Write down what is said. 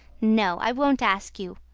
no, i won't ask you.